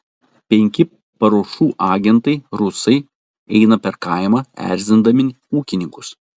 penki paruošų agentai rusai eina per kaimą erzindami ūkininkus